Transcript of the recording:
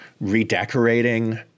redecorating